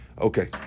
Okay